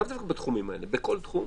לאו דווקא בתחומים האלה, בכל תחום